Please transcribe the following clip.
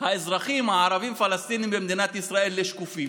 האזרחים הערבים-פלסטינים במדינת ישראל לשקופים?